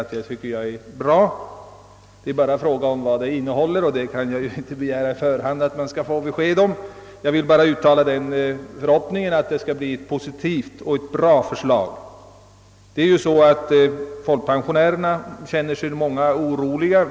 Frågan gäller bara vad detta förslag kommer att innebära, men det kan jag inte begära att på förhand få besked om. Jag vill bara uttala förhoppningen att det blir ett positivt förslag. Många folkpensionärer känner sig nu oroliga.